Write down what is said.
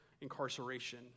incarceration